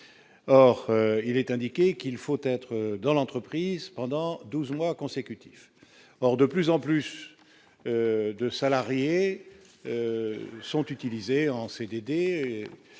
alors il est indiqué qu'il faut être dans l'entreprise pendant 12 mois consécutifs, or de plus en plus de salariés sont utilisés en CDD.